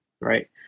right